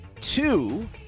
two